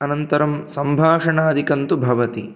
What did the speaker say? अनन्तरं सम्भाषणादिकं तु भवति